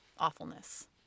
awfulness